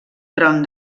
tron